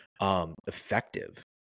effective